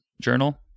Journal